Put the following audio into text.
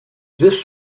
this